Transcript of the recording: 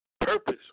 purpose